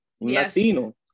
Latino